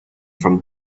from